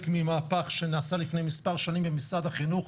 ממהפך שנעשה לפני מספר שנים במשרד החינוך,